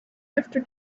after